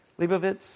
Leibovitz